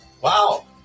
Wow